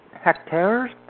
hectares